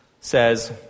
says